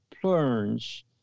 plunge